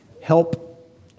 help